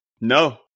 No